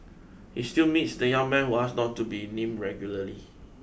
he still meets the young man who asked not to be named regularly